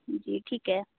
जी ठीक है